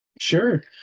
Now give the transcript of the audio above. Sure